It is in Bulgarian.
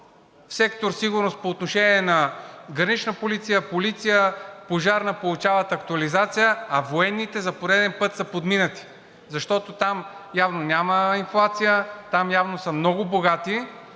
в сектор „Сигурност“ по отношение на „Гранична полиция“, полиция, пожарна получават актуализация, а военните за пореден път са подминати. Защото там явно няма инфлация, там явно са много богати